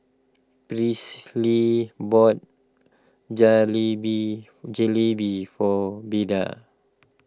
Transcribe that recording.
Presley bought Jalebi Jalebi for Beda